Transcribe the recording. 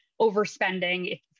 overspending